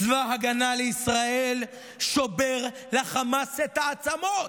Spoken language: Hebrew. צבא הגנה לישראל שובר לחמאס את העצמות.